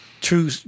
true